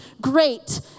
great